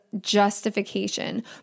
justification